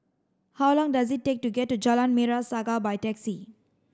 how long does it take to get to Jalan Merah Saga by taxi